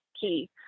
key